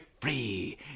free